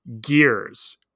gears